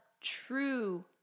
true